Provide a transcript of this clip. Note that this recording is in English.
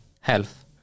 health